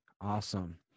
awesome